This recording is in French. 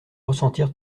ressentir